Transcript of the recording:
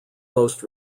most